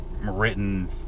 written